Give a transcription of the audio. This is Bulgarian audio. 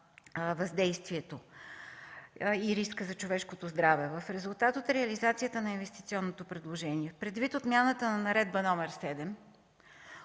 въздействието и риска за човешкото здраве. В резултат от реализацията на инвестиционното предложение, предвид отмяната на Наредба № 7